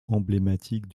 emblématique